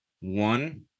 one